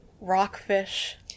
rockfish